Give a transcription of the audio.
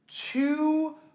Two